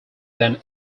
then